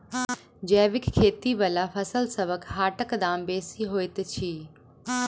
जैबिक खेती बला फसलसबक हाटक दाम बेसी होइत छी